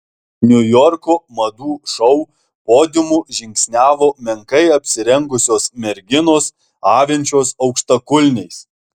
niujorko madų šou podiumu žingsniavo menkai apsirengusios merginos avinčios aukštakulniais